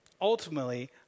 Ultimately